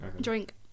Drink